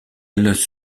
elles